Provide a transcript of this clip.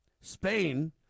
Spain